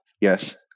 yes